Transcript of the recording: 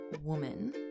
woman